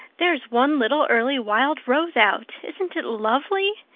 there's one little early wild rose out! isn't it lovely?